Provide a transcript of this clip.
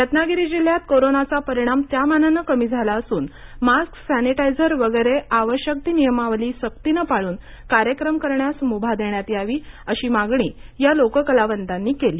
रत्नागिरी जिल्ह्यात कोरोनाचा परिणाम त्यामानानं कमी झाला असून मास्क सॅनिटायझर वगैरे आवश्यक ती नियमावली सक्तीनं पाळून कार्यक्रम करण्यास मुभा देण्यात यावी अशी मागणी या लोककलावंतांनी केली